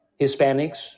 Hispanics